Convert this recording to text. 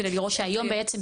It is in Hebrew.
כדי לראות --- שהיום בעצם,